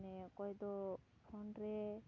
ᱢᱟᱱᱮ ᱚᱠᱚᱭ ᱫᱚ ᱯᱷᱳᱱ ᱨᱮ